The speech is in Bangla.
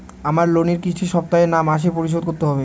আমার লোনের কিস্তি সপ্তাহে না মাসে পরিশোধ করতে হবে?